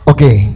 Okay